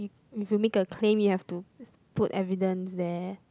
if you make a claim you have to put evidence there